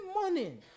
morning